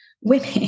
women